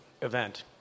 event